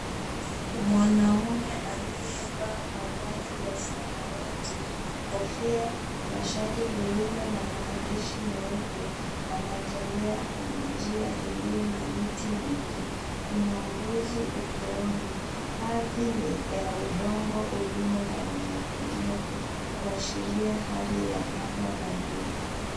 Mwanaume aliyevaa mavazi ya samawati, kofia na shati lililo na maandishi meupe, anatembea kwenye njia iliyo na miti mingi. Kuna mbuzi upeoni. Ardhi ni ya udongo ulio na unyevunyevu, kuashiria hali ya anga baridi.